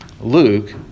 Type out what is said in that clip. Luke